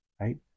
right